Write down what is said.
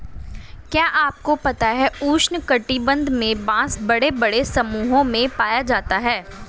क्या आपको पता है उष्ण कटिबंध में बाँस बड़े बड़े समूहों में पाया जाता है?